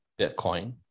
Bitcoin